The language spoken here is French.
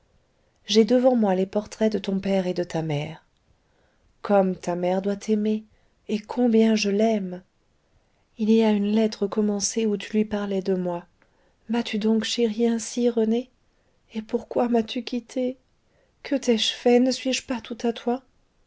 j'ai devant moi les portraits de ton père et de ta mère comme ta mère doit t'aimer et combien je l'aime il y a une lettre commencée où tu lui parlais de moi m'as-tu donc chérie ainsi rené et pourquoi m'as-tu quittée que t'ai-je fait ne suis-je pas toute à toi